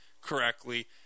correctly